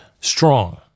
strong